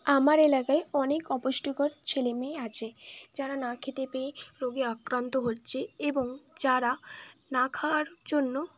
আমার এলাকায় অনেক অপুষ্টিকর ছেলে মেয়ে আছে যারা না খেতে পেয়ে রোগে আক্রান্ত হচ্ছে এবং যারা না খাওয়ার জন্য